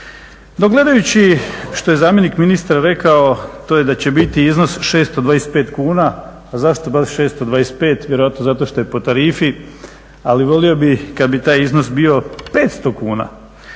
No, gledajući što je zamjenik ministra rekao to je da će biti iznos 625 kuna. A zašto baš 625? Vjerojatno zato šta je po tarifi, ali volio bih kad bi taj iznos bio 500 kuna.